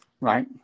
right